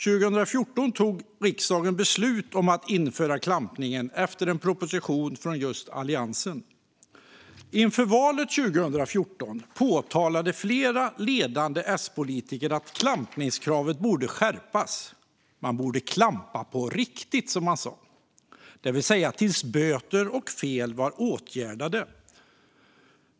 År 2014 fattade riksdagen beslut om att införa klampning efter en proposition från Alliansen. Inför valet 2014 påtalade flera ledande S-politiker att klampningskravet borde skärpas. Man borde "klampa på riktigt", det vill säga tills böter och fel var åtgärdade.